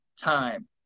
time